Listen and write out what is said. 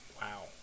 wow